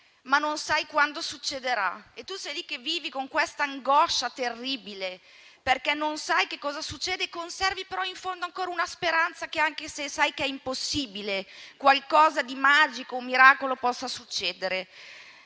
ma non sai quando succederà e tu sei lì che vivi con questa angoscia terribile, perché non sai che cosa succede, però conservi in fondo ancora una speranza che, anche se sai che è impossibile, qualcosa di magico o un miracolo possa succedere.